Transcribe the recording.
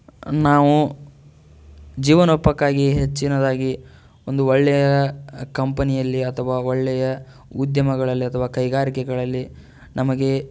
ನಾವು ಜೀವನೋಪಕ್ಕಾಗಿ ಹೆಚ್ಚಿನದಾಗಿ ಒಂದು ಒಳ್ಳೆಯ ಕಂಪನಿಯಲ್ಲಿ ಅಥವಾ ಒಳ್ಳೆಯ ಉದ್ಯಮಗಳಲ್ಲಿ ಅಥವಾ ಕೈಗಾರಿಕೆಗಳಲ್ಲಿ ನಮಗೆ